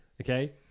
Okay